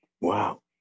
Wow